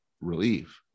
relief